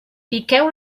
piqueu